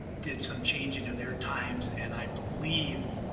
did some changing of their times and i believe